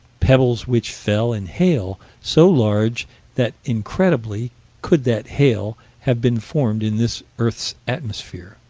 pebbles which fell in hail so large that incredibly could that hail have been formed in this earth's atmosphere